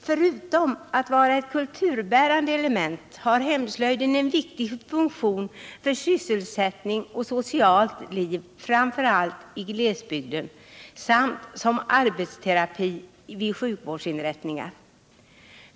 Förutom att vara ett kulturbärande element har hemslöjden en viktig funktion för sysselsättning och socialt liv, framför allt i glesbygden, samt som arbetsterapi vid sjukvårdsinrättningar.